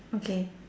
okay